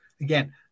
Again